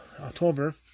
October